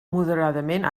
moderadament